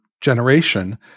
generation